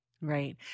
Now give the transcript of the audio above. Right